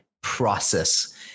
process